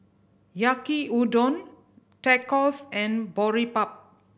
Yaki Udon Tacos and Boribap